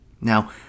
Now